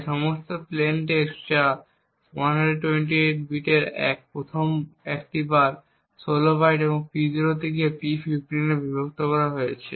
তাই সমস্ত plain text যা 128 বিটেরও 1মটি একবার 16 বাইট P0 থেকে P15 এ বিভক্ত করা হয়েছে